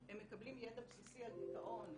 הם מקבלים ידע בסיסי על דיכאון,